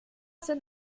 sind